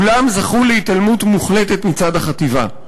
כולם זכו להתעלמות מוחלטת מצד החטיבה.